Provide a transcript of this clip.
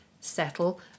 settle